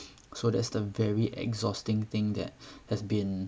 so that's the very exhausting thing that has been